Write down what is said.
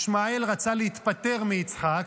ישמעאל רצה להתפטר מיצחק,